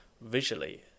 visually